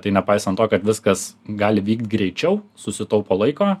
tai nepaisant to kad viskas gali vykt greičiau susitaupo laiko